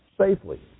Safely